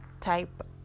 type